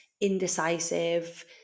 indecisive